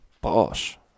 Bosh